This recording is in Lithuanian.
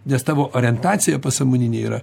nes tavo orientacija pasąmoninė yra